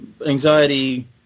Anxiety